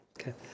Okay